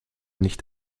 nicht